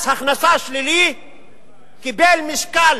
מס הכנסה שלילי קיבל משקל